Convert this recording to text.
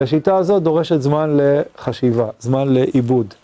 השיטה הזאת דורשת זמן לחשיבה, זמן לעיבוד.